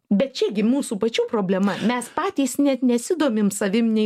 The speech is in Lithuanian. bet čia gi mūsų pačių problema mes patys net nesidomim savim nei